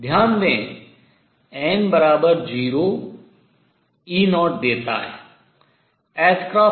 ध्यान दें n0 E0 देता है